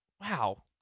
Wow